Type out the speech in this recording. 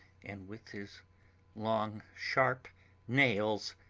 and with his long sharp nails